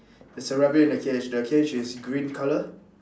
there's a rabbit in a cage the cage is green colour